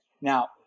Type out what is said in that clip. Now